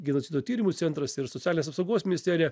genocido tyrimo centras ir socialinės apsaugos ministerija